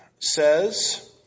says